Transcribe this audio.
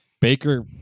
Baker